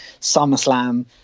SummerSlam